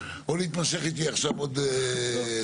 או להימשך איתי עכשיו עוד הרבה.